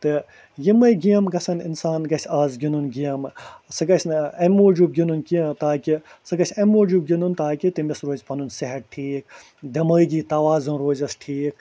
تہٕ یِمَے گیمہٕ گژھن اِنسان گژھِ آز گِنٛدُن گیمہٕ سُہ گژھِ نہٕ اَمہِ موجوٗب گِندُن کیٚنہہ تاکہِ سُہ گژھِ اَمہِ موٗجوٗب گِندُن تاکہِ تٔمِس روزِ پَنُن صحت ٹھیٖک دٮ۪مٲغی توازُن روزیس ٹھیٖک